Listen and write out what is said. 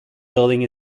building